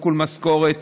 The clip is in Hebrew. עיקול משכורות,